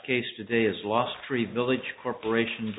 case today is lost three village corporation